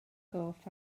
gorff